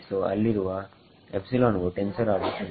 ಸೋಅಲ್ಲಿರುವ epsilon ವು tensor ಆಗುತ್ತದೆ